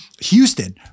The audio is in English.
Houston